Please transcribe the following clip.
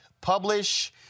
Publish